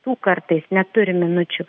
tų kartais neturim minučių